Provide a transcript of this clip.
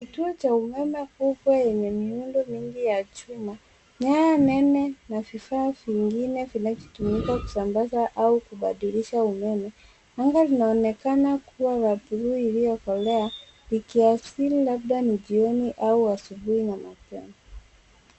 Kituo cha umeme kubwa yenye miundo mingi ya chuma, nyaya nene na vifaa vingine vinavyotumika kusambaza au kubadilisha umeme. Wingu unaonekana kuwa wa buluu iliyokolea likiasili labda ni jioni au asubuhi na mapema.